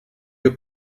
you